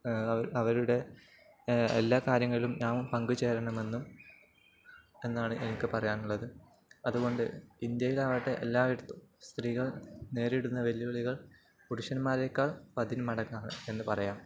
അവരുടെ എല്ലാ കാര്യങ്ങളിലും നാമും പങ്കു ചേരണമെന്നും എന്നാണ് എനിക്കു പറയാനുള്ളത് അതുകൊണ്ട് ഇന്ത്യയിലാവട്ടെ എല്ലായിടത്തും സ്ത്രീകൾ നേരിടുന്ന വെല്ലുവിളികൾ പുരുഷന്മാരെക്കാൾ പതിന്മടങ്ങാണ് എന്നു പറയാം